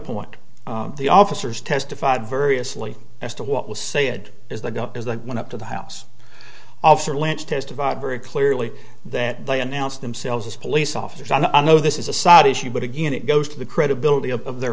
point the officers testified variously as to what was said is that is the one up to the house officer lynch testified very clearly that they announce themselves as police officers and i know this is a side issue but again it goes to the credibility of their